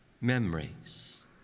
memories